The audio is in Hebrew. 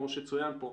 כמו שצוין כאן,